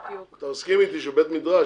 אתה מסכים אתי שבית מדרש,